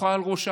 הפוכה על ראשה.